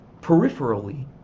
peripherally